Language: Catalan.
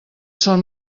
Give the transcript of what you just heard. són